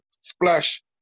Splash